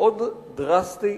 מאוד דרסטי